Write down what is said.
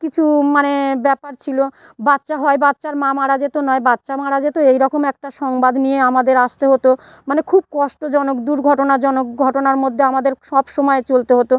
কিছু মানে ব্যাপার ছিল বাচ্চা হয় বাচ্চার মা মারা যেত নয় বাচ্চা মারা যেত এই রকম একটা সংবাদ নিয়ে আমাদের আসতে হতো মানে খুব কষ্টজনক দুর্ঘটনাজনক ঘটনার মধ্যে আমাদের সবসময় চলতে হতো